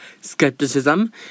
skepticism